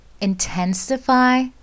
intensify